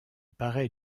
paraît